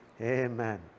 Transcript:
Amen